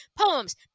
poems